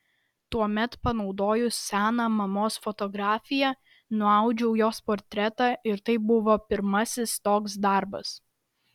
tuomet panaudojus seną mamos fotografiją nuaudžiau jos portretą ir tai buvo pirmasis toks darbas